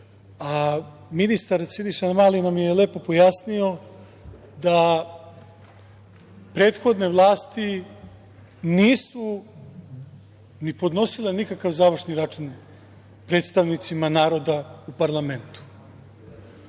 a ministar Siniša Mali nam je lepo pojasnio da prethodne vlasti nisu ni podnosile nikakav završni račun predstavnicima naroda u parlamentu. Dakle,